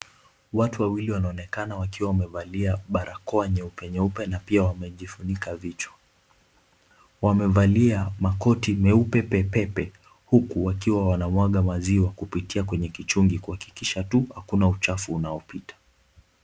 Watu wawili wanaonekana wakiwa wamevalia barakoa nyeupe nyeupe na pia wamejifunika vichwa. Wamevalia makoti meupe pepepe huku wakiwa wanamwaga maziwa kupitia kwenye kichungi kuhakikisha tu hakuna uchafu unaopita.